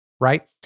right